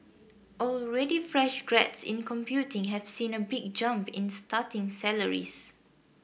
already fresh grads in computing have seen a big jump in starting salaries